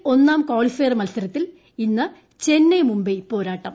L ഒന്നാം qualifier മൽസരത്തിൽ ഇന്ന് ചെന്നൈയും മുംബൈയും പോരാട്ടം